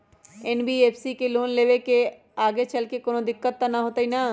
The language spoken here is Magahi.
एन.बी.एफ.सी से लोन लेबे से आगेचलके कौनो दिक्कत त न होतई न?